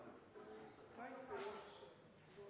Da er det